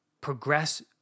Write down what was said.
progress